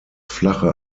flache